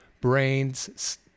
brain's